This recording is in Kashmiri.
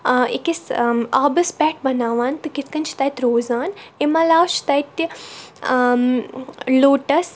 أکِس آبَس پؠٹھ بَناوان تہٕ کِتھ کٔنۍ چھِ تَتہِ روزان امہ عَلاو چھِ تَتہِ تہِ لوٹَس